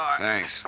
Thanks